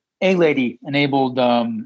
A-Lady-enabled